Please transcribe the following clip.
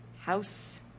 House